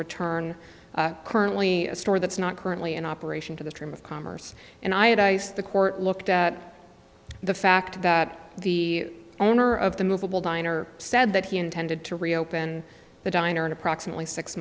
return currently a store that's not currently in operation to the stream of commerce and i had ice the court looked at the fact that the owner of the movable diner said that he intended to reopen the diner in approximately six